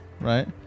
Right